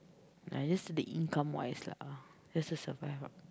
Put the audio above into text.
ah just the income wise lah just to survive